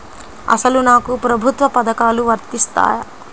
అసలు నాకు ప్రభుత్వ పథకాలు వర్తిస్తాయా?